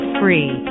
free